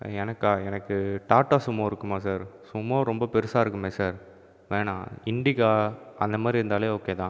எனக்கா எனக்கு டாட்டா சுமோ இருக்குமா சார் சுமோ ரொம்ப பெரிசா இருக்குமே சார் வேணால் இண்டிகா அந்தமாதிரி இருந்தாலே ஓகேதான்